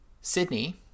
Sydney